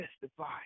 testify